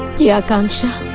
the akansha